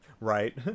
Right